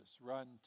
Run